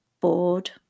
bored